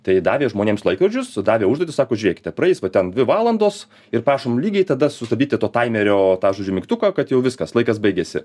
tai davė žmonėms laikrodžius davė užduotis sako žiūrėkite praeis va ten dvi valandos ir prašom lygiai tada sustabdyti to taimerio tą žodžiu mygtuką kad jau viskas laikas baigėsi